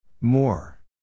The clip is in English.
More